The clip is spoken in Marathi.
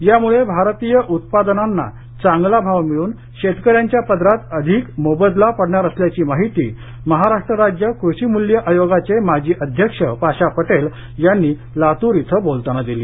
यामुळे भारतीय उत्पादनांना चांगला भाव मिळून शेतकऱ्यांच्या पदरात अधिक मोबदला पडणार असल्याची माहिती महाराष्ट्र राज्य कृषी मूल्य आयोगाचे माजी अध्यक्ष पाशा पटेल यांनी लातूर इथं बोलताना दिली